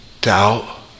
doubt